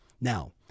Now